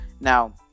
Now